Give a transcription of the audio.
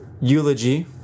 Eulogy